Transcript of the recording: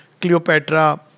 Cleopatra